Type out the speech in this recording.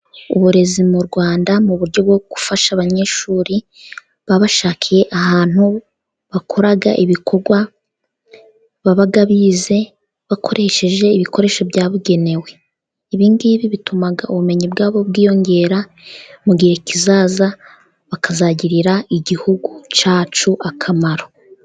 Uburezi mu Rwanda, mu buryo bwo gufasha abanyeshuri, babashakiye ahantu bakora ibikorwa baba bize bakoresheje ibikoresho byabugenewe. Ibingibi bituma ubumenyi bwabo bwiyongera, mu gihe kizaza bakazagirira igihugu cyacu akamaro.